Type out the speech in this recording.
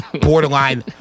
borderline